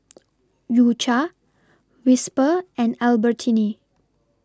U Cha Whisper and Albertini